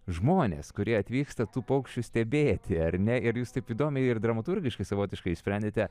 žmonės kurie atvyksta tų paukščių stebėti ar ne ir jūs taip įdomiai ir dramaturgiškai savotiškai išsprendėte